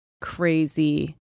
crazy